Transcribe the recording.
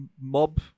mob